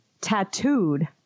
tattooed